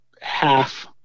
half